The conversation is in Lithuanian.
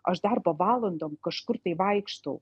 aš darbo valandom kažkur tai vaikštau